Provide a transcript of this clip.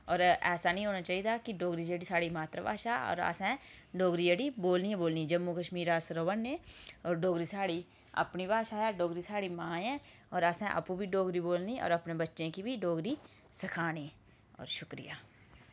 और ऐसा निं होना चाहिदा कि डोगरी जेह्ड़ी साढ़ी मात्तर भाशा और असें डोगरी जेह्ड़ी बोलनी गै बोलनी जम्मू कश्मीर अस र'वै ने और डोगरी साढ़ी अपनी भाशा ऐ डोगरी साढ़ी मां ऐ और असें आपूं बी डोगरी बोलनी और अपने बच्चें गी बी डोगरी सखानी और शुक्रिया